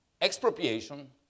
expropriation